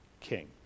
king